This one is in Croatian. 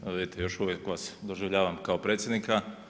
Evo vidite još uvijek vas doživljavam kao predsjednika.